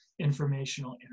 informational